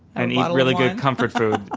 and eat really good comfort food.